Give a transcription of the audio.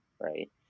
right